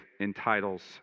entitles